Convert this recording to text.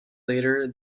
later